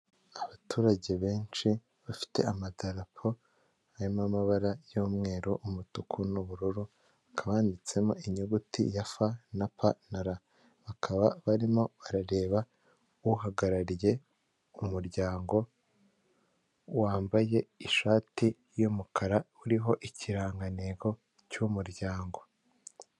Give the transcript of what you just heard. Bayi, seli, oru renti dontui komu isoko onulayini, maketi Afurika, waba ufite imodoka inzu ikibanza ugurisha cyangwa ukodesha, wavugana n'umukiliriya amasaha makumyabiri n'ane kuri makumyabiri n'ane, hari imbuga zitandukanye, hawuze vuta doti komu, landi purotu dotikomu, vehike dotikomu, anifiyuca dotikomu, selitoronike dotikomu.